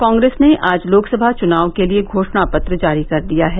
कांग्रेस ने आज लोकसभा चुनाव के लिए घोषणा पत्र जारी कर दिया है